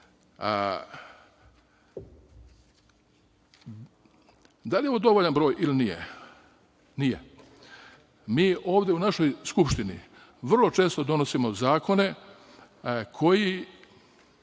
li je ovo dovoljan broj ili nije? Nije. Mi ovde u našoj Skupštini vrlo često donosimo zakone koji,